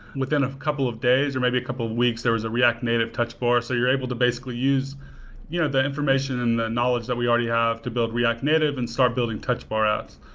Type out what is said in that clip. within a couple of days or maybe a couple of weeks, there is a react native touch bar, so you're able to basically use yeah the information and the knowledge that we already have to build react native and start building touch bar outs.